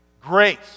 grace